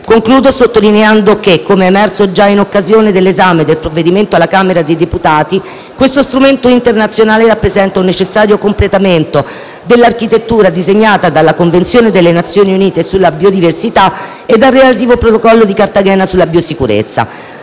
Concludo sottolineando che, come emerso già in occasione dell'esame del provvedimento alla Camera dei deputati, questo strumento internazionale rappresenta un necessario completamento dell'architettura disegnata dalla Convenzione delle Nazioni Unite sulla biodiversità e dal relativo Protocollo di Cartagena sulla biosicurezza.